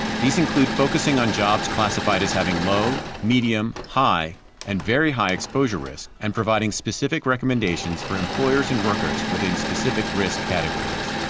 these include focusing on jobs classified as having low, medium, high and very high exposure risk and providing specific recommendations for employers and workers within specific risk categories.